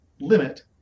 limit